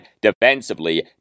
defensively